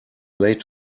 late